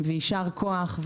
יישר כוח.